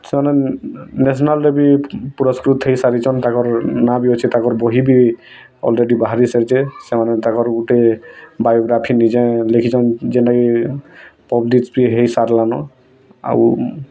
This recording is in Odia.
ସେମାନେ ନ୍ୟାସନାଲ୍ରେ ବି ପୁରସ୍କୃତ ହେଇ ସାରିଛନ୍ତି ତାଙ୍କର ନାଁ ବି ଅଛି ବହି ବି ଅଲ୍ରେଡ୍ଡୀ ବାହାରି ସାରିଛେ ସେମାନେ ତାଙ୍କର ଗୁଟେ ବାୟୋଗ୍ରାଫି ନିଜେ ଲେଖିଛନ୍ ଯେନ୍ଟାକି ପବ୍ଲିସ୍ ବି ହେଇ ସାର୍ଲନ ଆଉ